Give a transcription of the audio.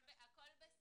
הכול בסדר.